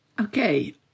Okay